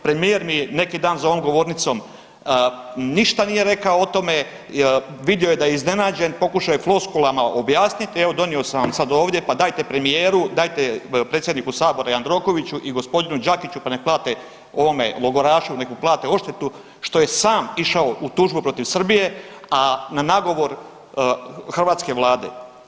Premijer mi neki dan za ovom govornicom ništa nije rekao o tome, vidio je da je iznenađen pokušao je floskulama objasnit, evo donio sam vam sad ovdje pa dajte premijeru, dajete predsjedniku Sabora Jandrokoviću i g. Đakiću pa nek plate ovome logorašu nek mu plate odštetu što je sam išao u tužbu protiv Srbije, a na nagovor hrvatske Vlade.